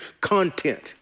content